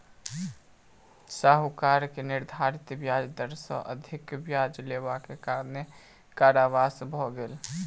साहूकार के निर्धारित ब्याज दर सॅ अधिक ब्याज लेबाक कारणेँ कारावास भ गेल